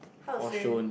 how to say